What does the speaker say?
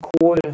Kohl